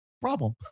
problem